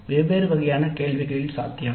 வெவ்வேறு வகையான கேள்விகள் சாத்தியம்